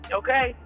okay